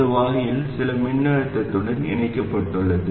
இந்த வாயில் சில மின்னழுத்தத்துடன் இணைக்கப்பட்டுள்ளது